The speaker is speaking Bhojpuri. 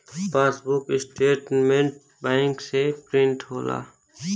पासबुक स्टेटमेंट बैंक से प्रिंट होला